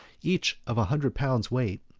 each of a hundred pounds weight,